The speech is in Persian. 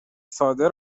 ساده